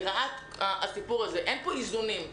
אין פה איזונים.